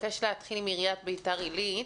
ואני אבקש להתחיל עם עיריית ביתר עילית.